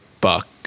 buck